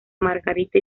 margarita